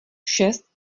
šest